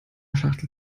schachtel